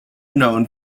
known